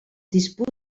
disputa